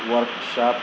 workshop